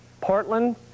Portland